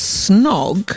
snog